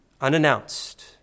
Unannounced